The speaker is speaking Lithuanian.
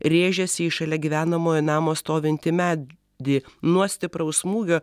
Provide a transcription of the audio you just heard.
rėžėsi į šalia gyvenamojo namo stovintį me dį nuo stipraus smūgio